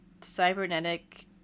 cybernetic